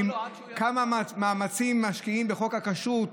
כמה מאמצים משקיעים בחוק הכשרות,